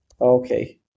Okay